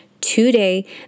today